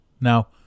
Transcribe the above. Now